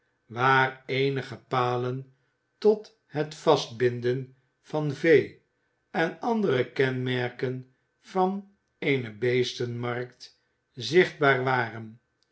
waar eenige palen tot het vastbinden van vee en andere kenmerken van eene beestenmarkt zichtbaar waren